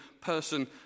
person